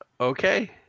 Okay